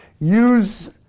use